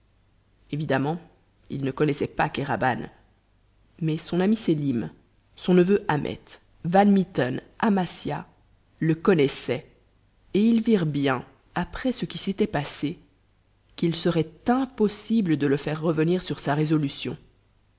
évidemment ils ne connaissaient pas kéraban mais son ami sélim son neveu ahmet van mitten amasia le connaissaient et ils virent bien après ce qui s'était passé qu'il serait impossible de le faire revenir sur sa résolution